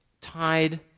tied